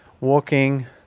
walking